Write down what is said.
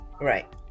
Right